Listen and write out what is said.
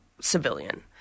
civilian